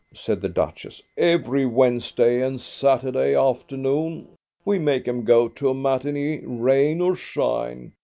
said the duchess. every wednesday and saturday afternoon we make em go to a matinee, rain or shine,